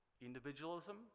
individualism